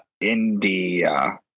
India